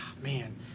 man